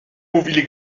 mówili